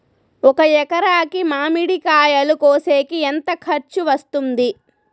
ఒక ఎకరాకి మామిడి కాయలు కోసేకి ఎంత ఖర్చు వస్తుంది?